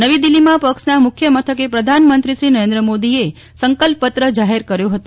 નવી દિલ્હીમાં પક્ષના મુખ્ય મથકે પ્રધાનમંત્રી શ્રી નરેન્દ્ર મોદીએ સંકલ્પપત્ર જાહેર કર્યો હતો